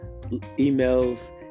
emails